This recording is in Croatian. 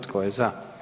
Tko je za?